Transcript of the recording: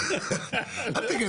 קיבלת.